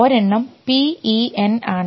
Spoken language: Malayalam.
ഒരെണ്ണം P E N ആണ്